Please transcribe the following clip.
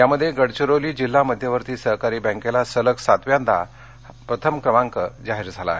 यामध्ये गडघिरोली जिल्हा मध्यवर्ती सहकारी बँकला सलग सातव्यांदा प्रथम क्रमांक जाहीर झाला आहे